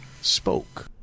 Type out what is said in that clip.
spoke